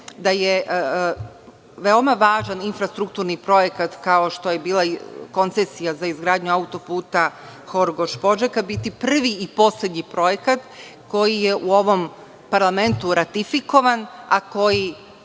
da je veoma važan infrastrukturni projekat kao što je bila koncesija za izgradnju autoputa Horgoš-Požega, biti i privi poslednji projekat koji je u ovom parlamentu ratifikovan, a koji